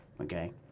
Okay